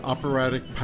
Operatic